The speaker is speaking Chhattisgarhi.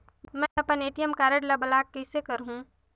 मै अपन ए.टी.एम कारड ल ब्लाक कइसे करहूं?